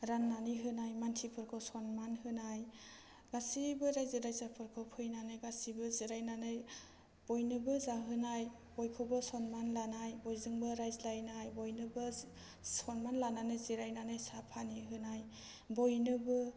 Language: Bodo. राननानै होनाय मानसिफोरखौ सनमान होनाय गासैबो रायजो राजाफोरखौ फैनानै गासैबो जिरायनानै बयनोबो जाहोनाय बयखौबो सनमान लानाय बयजोंबो रायज्लायनाय बयनोबो सनमान लानानै जिरायनानै साहा पानि होनाय बयनोबो